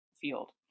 field